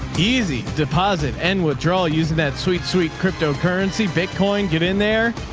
easy deposit and withdrawal using that sweet, sweet cryptocurrency bitcoin. get in there.